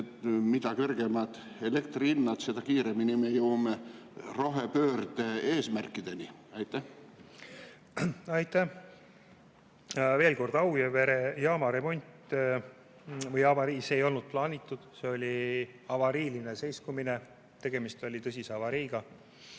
et mida kõrgem elektrihind, seda kiiremini me jõuame rohepöörde eesmärkideni? Aitäh! Veel kord: Auvere jaama remonti ei olnud plaanitud, see oli avariiline seiskumine, tegemist oli tõsise avariiga.